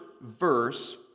verse